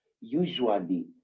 usually